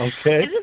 Okay